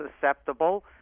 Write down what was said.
susceptible